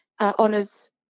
honours